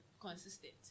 consistent